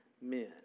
men